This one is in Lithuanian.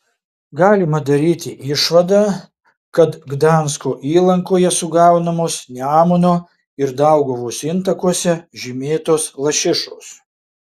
galima daryti išvadą kad gdansko įlankoje sugaunamos nemuno ir dauguvos intakuose žymėtos lašišos